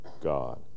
God